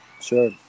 Sure